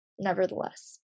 nevertheless